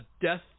Death